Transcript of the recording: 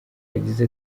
yagize